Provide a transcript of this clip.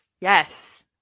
Yes